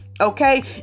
Okay